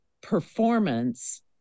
performance